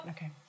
Okay